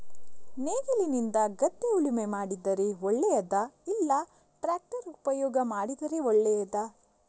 ನೇಗಿಲಿನಿಂದ ಗದ್ದೆ ಉಳುಮೆ ಮಾಡಿದರೆ ಒಳ್ಳೆಯದಾ ಇಲ್ಲ ಟ್ರ್ಯಾಕ್ಟರ್ ಉಪಯೋಗ ಮಾಡಿದರೆ ಒಳ್ಳೆಯದಾ?